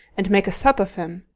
and make a sop of him.